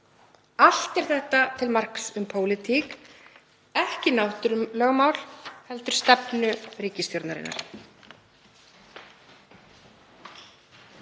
Allt er þetta til marks um pólitík, ekki náttúrulögmál heldur stefnu ríkisstjórnarinnar.